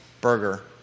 burger